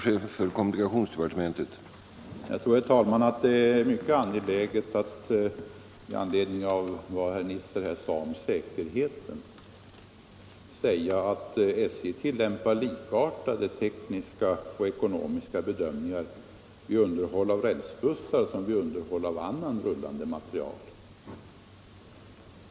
Herr talman! Jag tror att det i anledning av vad herr Nisser yttrade om säkerheten är angeläget att påpeka att SJ tillämpar samma tekniska och ekonomiska bedömningar vid underhåll av rälsbussar som vid underhåll av annan rullande materiel.